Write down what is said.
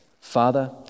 Father